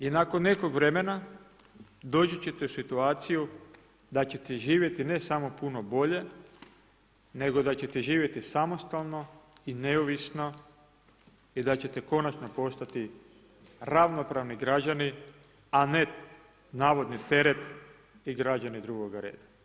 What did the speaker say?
I nakon nekog vremena doći ćete u situaciju da ćete živjeti ne samo puno bolje nego da ćete živjeti samostalno i neovisno i da ćete konačno postati ravnopravni građanin a ne navodni teret i građani drugoga reda.